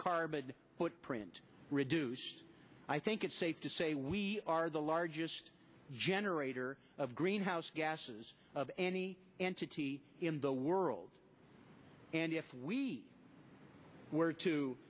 carbon footprint reduce i think it's safe to say we are the largest generator of greenhouse gases of any entity in the world and if we were to